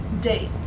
date